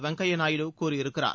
வெங்கையா நாயுடு கூறியிருக்கிறார்